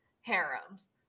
harems